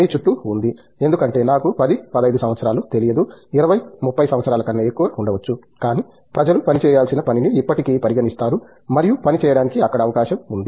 మీ చుట్టూ ఉంది ఎందుకంటే నాకు 10 15 సంవత్సరాలు తెలియదు 20 30 సంవత్సరాల కన్నా ఎక్కువ ఉండవచ్చు కానీ ప్రజలు పని చేయాల్సిన పనిని ఇప్పటికీ పరిగణిస్తారు మరియు పని చేయడానికి అక్కడ అవకాశం ఉంది